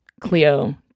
Cleo